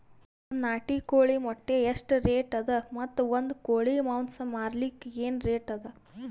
ಒಂದ್ ನಾಟಿ ಕೋಳಿ ಮೊಟ್ಟೆ ಎಷ್ಟ ರೇಟ್ ಅದ ಮತ್ತು ಒಂದ್ ಕೋಳಿ ಮಾಂಸ ಮಾರಲಿಕ ಏನ ರೇಟ್ ಅದ?